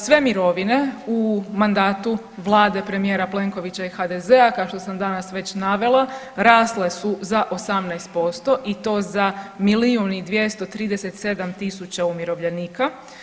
Sve mirovine u mandatu vlade premijera Plenkovića i HDZ-a kao što sam danas već navela rasle su za 18% i to za milijun i 237 tisuća umirovljenika.